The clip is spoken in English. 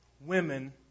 women